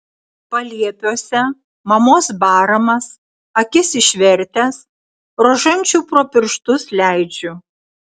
paliepiuose mamos baramas akis išvertęs rožančių pro pirštus leidžiu